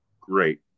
great